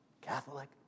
Catholic